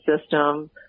system